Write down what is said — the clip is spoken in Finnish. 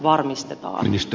arvoisa puhemies